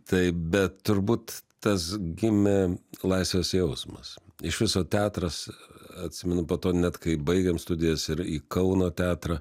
taip bet turbūt tas gimė laisvės jausmas iš viso teatras atsimenu po to net kai baigėm studijas ir į kauno teatrą